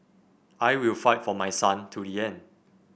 I will fight for my son to the end